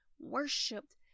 worshipped